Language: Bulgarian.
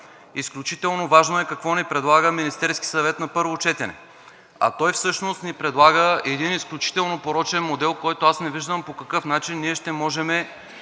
Изключително важно е какво ни предлага Министерският съвет на първо четене. А той всъщност ни предлага един изключително порочен модел, който не виждам по какъв начин ще можем